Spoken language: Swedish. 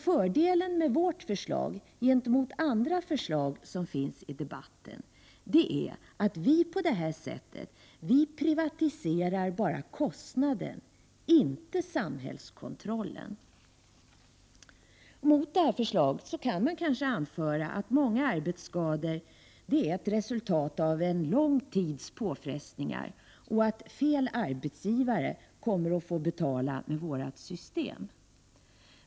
Fördelen med vårt förslag i förhållande till andra förslag som återfinns i debatten är att vi på detta sätt privatiserar bara kostnaden, inte samhällskontrollen. Mot det här förslaget kan man kanske anföra att många arbetsskador är ett resultat av en lång tids påfrestningar och att fel arbetsgivare kommer att få betala, om vårt system införs.